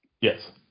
Yes